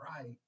right